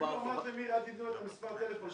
--- אל תיתנו לו את המספר טלפון,